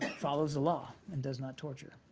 follows the law and does not torture.